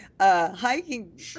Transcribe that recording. hiking